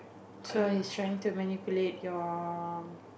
so it's trying to manipulate your